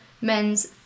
men's